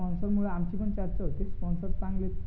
स्पॉन्सरमुळं आमची पण चर्चा होते स्पॉन्सर चांगले आहेत